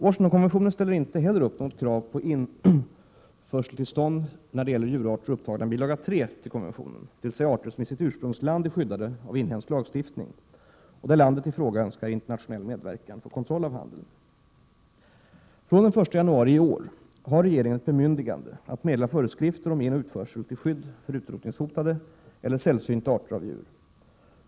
Washingtonkonventionen ställer inte heller upp något krav på införseltillstånd när det gäller djurarter upptagna i bilaga III till konventionen, dvs. arter som i sitt ursprungsland är skyddade av inhemsk lagstiftning och där landet i fråga önskar internationell medverkan för kontroll av handeln. Från den 1 januari i år har regeringen ett bemyndigande att meddela föreskrifter om inoch utförsel till skydd för utrotningshotade eller sällsynta arter av djur.